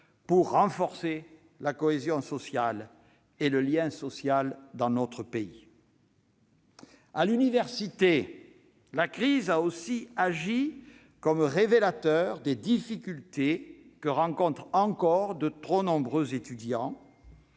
pour renforcer la cohésion nationale et le lien social dans notre pays. À l'université, la crise a agi comme révélateur des difficultés que rencontrent encore de trop nombreux étudiants.